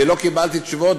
ולא קיבלתי תשובות,